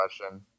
question